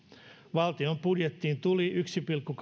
valtion budjettiin tuli yhden pilkku